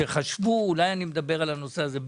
שחשבו שאולי אני מדבר על הנושא הזה.